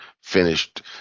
finished